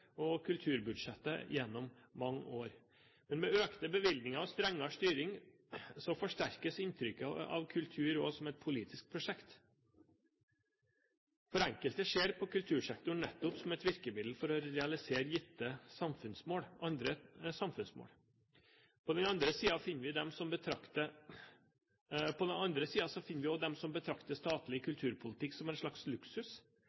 og kulturbudsjettet gjennom mange år. Men med økte bevilgninger og strengere styring, forsterkes inntrykket av kultur også som et politisk prosjekt, for enkelte ser på kultursektoren nettopp som et virkemiddel for å realisere andre samfunnsmål. På den andre siden finner vi også dem som betrakter statlig kulturpolitikk som en slags luksus,